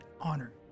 honor